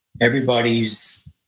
everybody's